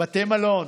בתי מלון,